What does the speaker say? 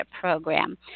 Program